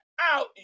out